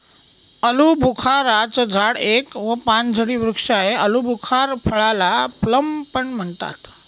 आलूबुखारा चं झाड एक व पानझडी वृक्ष आहे, आलुबुखार फळाला प्लम पण म्हणतात